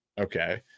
Okay